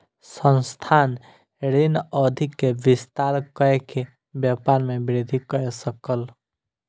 संस्थान, ऋण अवधि के विस्तार कय के व्यापार में वृद्धि कय सकल